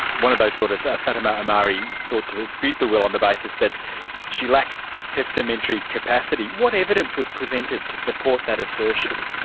one of those daughters, fatima omari, sought to dispute the will on the basis that she lacked testamentary capacity. what evidence was presented to support that assertion?